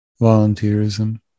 volunteerism